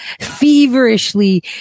feverishly